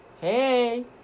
Hey